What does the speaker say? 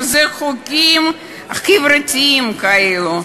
שהם חוקים חברתיים כאילו.